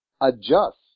adjust